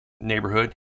neighborhood